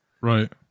Right